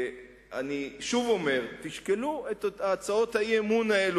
אני שוב אומר: תשקלו את הצעות האי-אמון האלה.